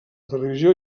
televisió